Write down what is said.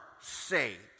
saved